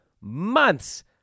months